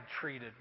treated